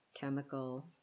chemical